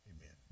Amen